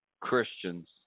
Christians